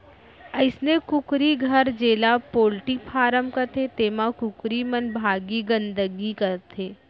अइसने कुकरी घर जेला पोल्टी फारम कथें तेमा कुकरी मन भारी गंदगी करथे